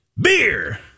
beer